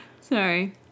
Sorry